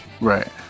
Right